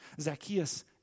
Zacchaeus